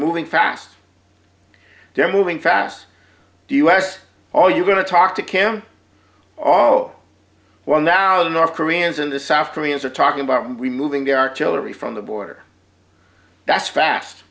moving fast they're moving fast do us all you're going to talk to cam oh well now the north koreans in the south koreans are talking about removing their artillery from the border that's fast